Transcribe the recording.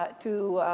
but to